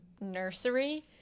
nursery